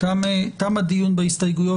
אנחנו עוברים להסתייגויות